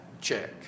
check